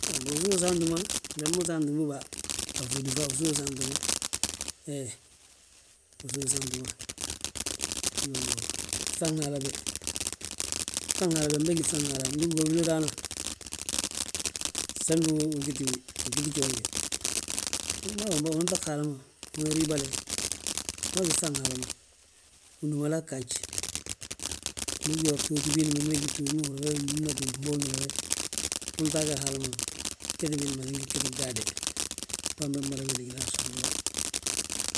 Ho, mboŋ usów saanti ma njali ma usaanti bi baa, a fwédi fa usów saanti ma, he usów saanti ma. Iyoo, bsagn Haala begi bsagn Haala. Ndu ugí yaa wili raana, sami ugiti wi a ggíti gjooli ge, wi maa gamba unan ŧag Haala ma, unan riibale, wi maa gí ŧagn Haala ma. Unúmalee ggaaj, ndu ugi yaa btooti biindi ma mída ga btooti ma nhúri yaa bee bi nnúmnate fmboonjina we. Unŧaage Haala ma bjeti biindi ma nan gí bjeti mdaade, bamba mmada wéligina a bsaanti bà.